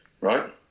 Right